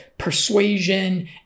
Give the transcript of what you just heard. Persuasion